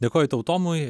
dėkoju tau tomai